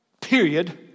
period